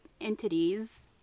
entities